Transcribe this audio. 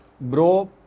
Bro